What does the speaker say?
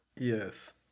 Yes